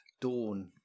Dawn